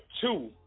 Two